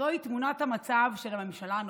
זוהי תמונת המצב של הממשלה הנוכחית,